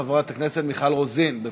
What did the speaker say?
חברת הכנסת מיכל רוזין, בבקשה.